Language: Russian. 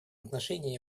отношении